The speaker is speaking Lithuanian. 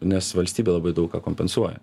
nes valstybė labai daug ką kompensuoja